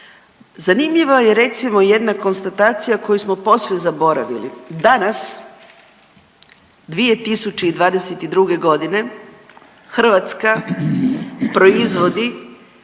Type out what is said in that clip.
Zanimljivo je recimo jedna konstatacija koju smo posve zaboravili. Danas 2022. godine Hrvatska proizvodi